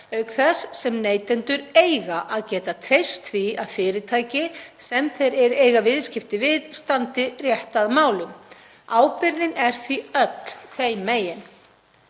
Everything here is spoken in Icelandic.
auk þess sem neytendur eiga að geta treyst því að fyrirtæki sem þeir eiga viðskipti við standi rétt að málum. Ábyrgðin er því öll þeim megin.